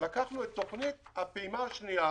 לקחנו את תוכנית הפעימה השנייה